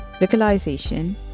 localization